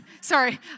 sorry